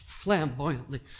flamboyantly